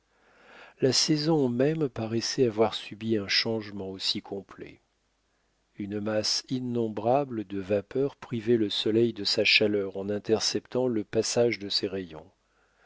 la saison même paraissait avoir subi un changement aussi complet une masse innombrable de vapeurs privait le soleil de sa chaleur en interceptant le passage de ses rayons